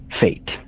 fate